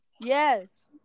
Yes